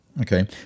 Okay